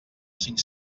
cinc